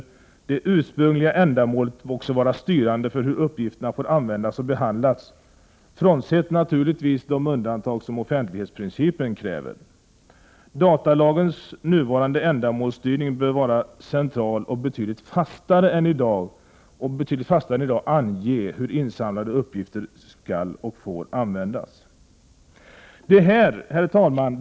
1988/89:104 därför det ursprungliga ändamålet vara styrande för hur uppgifterna får användas och behandlas, naturligtvis frånsett de undantag som offentlighetsprincipen kräver. Datalagens nuvarande ändamålsstyrning bör vara central och betydligt fastare än i dag ange hur insamlade uppgifter skall och får användas. Herr talman!